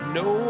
no